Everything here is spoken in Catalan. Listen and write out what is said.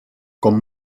com